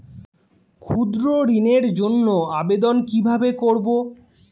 ক্ষুদ্র ঋণের জন্য আবেদন কিভাবে করব?